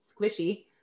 squishy